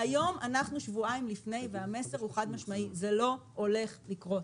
והיום אנחנו שבועיים לפני כן והמסר הוא חד משמעי: זה לא הולך לקרות.